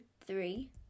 three